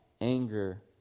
anger